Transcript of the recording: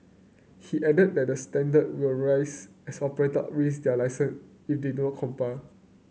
he added that standard will rise as operator risk their if they do not comply